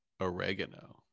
Oregano